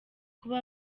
kuba